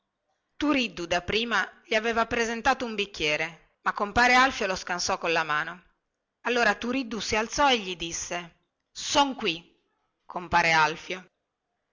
turiddu da prima gli aveva presentato un bicchiere ma compare alfio lo scansò colla mano allora turiddu si alzò e gli disse son qui compar alfio